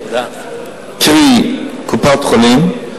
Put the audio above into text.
קרי קופת-חולים,